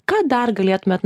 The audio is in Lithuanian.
ką dar galėtumėt